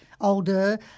older